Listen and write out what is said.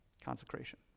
Consecration